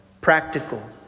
practical